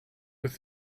with